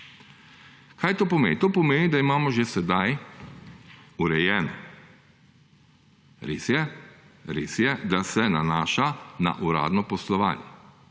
Kaj to pomeni? To pomeni, da imamo že sedaj urejen, res je, da se nanaša na uradno poslovanje,